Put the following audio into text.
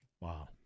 Wow